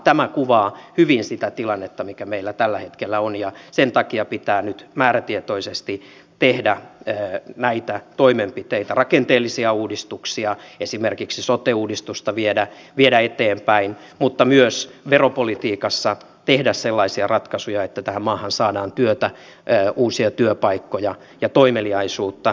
tämä kuvaa hyvin sitä tilannetta mikä meillä tällä hetkellä on ja sen takia pitää nyt määrätietoisesti tehdä näitä toimenpiteitä rakenteellisia uudistuksia esimerkiksi sote uudistusta viedä eteenpäin mutta myös veropolitiikassa sellaisia ratkaisuja että tähän maahan saadaan työtä uusia työpaikkoja ja toimeliaisuutta